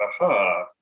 aha